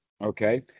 Okay